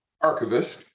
archivist